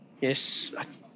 Yes